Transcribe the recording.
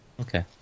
Okay